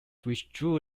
withdrew